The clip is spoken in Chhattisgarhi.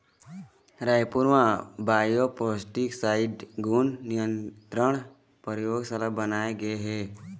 रायपुर म बायोपेस्टिसाइड गुन नियंत्रन परयोगसाला बनाए गे हे